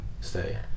stay